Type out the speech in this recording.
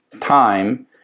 time